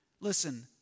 Listen